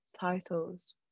titles